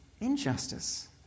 injustice